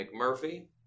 McMurphy